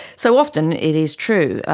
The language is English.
so, often it is true.